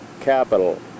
capital